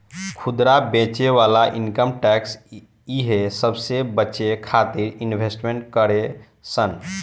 खुदरा बेचे वाला इनकम टैक्स इहे सबसे बचे खातिरो इन्वेस्टमेंट करेले सन